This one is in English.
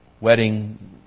wedding